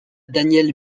danièle